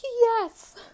yes